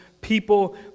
people